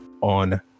on